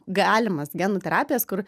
galimas genų terapijas kur